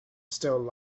still